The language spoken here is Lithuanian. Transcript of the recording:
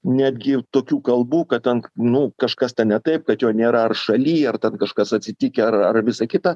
netgi tokių kalbų kad ten nu kažkas ten ne taip kad jo nėra ar šaly ar ten kažkas atsitikę ar ar visa kita